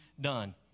done